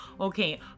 Okay